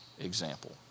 example